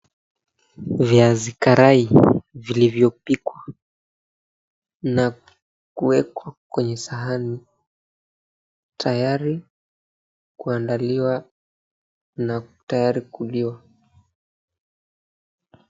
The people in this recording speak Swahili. Viazi karai vilivyopikwa na kuwekwa kwenye sahani tayari kuandaliwa na tayari kuliwa.